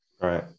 Right